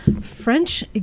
French